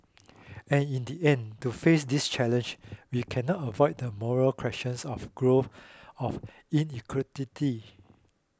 and in the end to face this challenge we cannot avoid the moral questions of growth of inequality